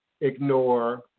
ignore